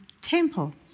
temple